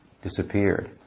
disappeared